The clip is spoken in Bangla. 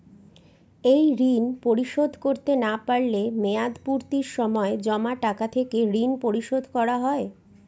এই ঋণ পরিশোধ করতে না পারলে মেয়াদপূর্তির সময় জমা টাকা থেকে ঋণ পরিশোধ করা হয়?